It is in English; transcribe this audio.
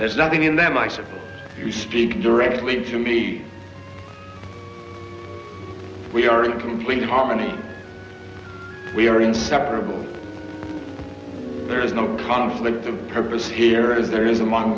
there's nothing in them i said you speak directly to me we are in complete harmony we are inseparable there is no conflict of purpose here is there is amo